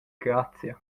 grazia